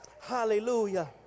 Hallelujah